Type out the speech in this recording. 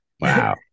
Wow